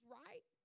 right